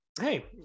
Hey